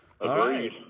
Agreed